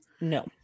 no